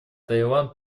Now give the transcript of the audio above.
таиланд